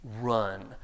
run